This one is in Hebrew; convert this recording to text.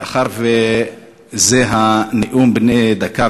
מאחר שזה נאום בן דקה,